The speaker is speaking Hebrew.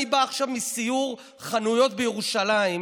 אני בא עכשיו מסיור חנויות בירושלים.